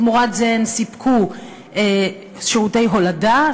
תמורת זה הן סיפקו שירותי הולדה,